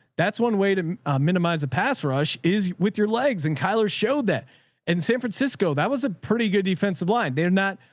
that's one way to minimize the pass rush is with your legs. and kyler showed that in san francisco. that was a pretty good defensive line. they're not,